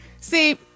See